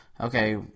Okay